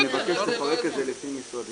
נבקש לפרק את זה לפי משרדים.